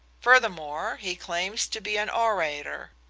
furthermore, he claims to be an orator.